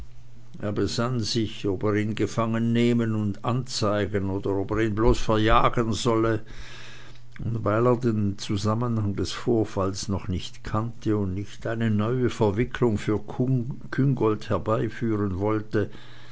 er besann sich ob er ihn gefangennehmen und anzeigen oder ob er ihn bloß verjagen solle und weil er den zusammenhang des vorfalls noch nicht kannte und nicht eine neue verwicklung für küngolt herbeiführen wollte